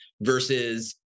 versus